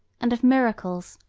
and of miracles,